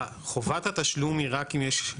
חובת התשלום היא רק אם יש,